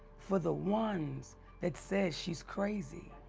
for the ones that said she's crazy,